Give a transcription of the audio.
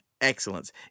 excellence